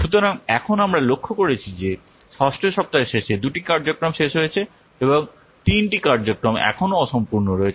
সুতরাং এখন আমরা লক্ষ্য করেছি যে ষষ্ঠ সপ্তাহের শেষে দুটি কার্যক্রম শেষ হয়েছে এবং তিনটি কার্যক্রম এখনও অসম্পূর্ণ রয়েছে